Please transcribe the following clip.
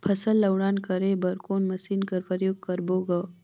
फसल ल उड़ान करे बर कोन मशीन कर प्रयोग करबो ग?